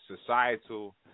societal